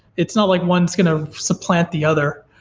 it's not like one's going to supplant the other,